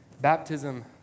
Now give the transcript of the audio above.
Baptism